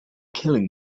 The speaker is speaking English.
killing